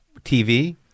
TV